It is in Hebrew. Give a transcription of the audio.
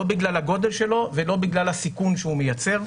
לא בגלל הגודל שלו ולא בגלל הסיכון שהוא מייצר,